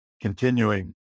continuing